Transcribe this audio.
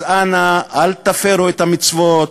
אז אנא, אל תפרו את המצוות,